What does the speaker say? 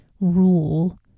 rule